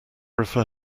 refer